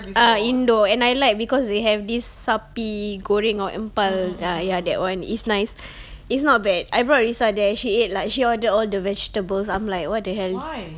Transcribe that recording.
ah indoor and I like because they have this sapi goreng or empal ya ya that [one] is nice it's not bad I brought risa there she ate like she order all the vegetables I'm like what the hell